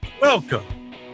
welcome